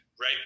right